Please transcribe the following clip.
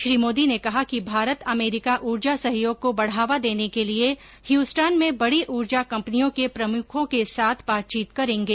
श्री मोदी ने कहा कि भारत अमरीका ऊर्जा सहयोग को बढ़ावा देने के लिए ह्यूस्टान में बड़ी ऊर्जा कंपनियों के प्रमुखों के साथ बातचीत करेंगे